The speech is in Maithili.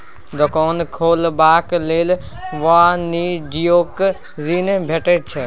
दोकान खोलबाक लेल वाणिज्यिक ऋण भेटैत छै